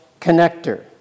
connector